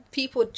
people